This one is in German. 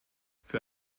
für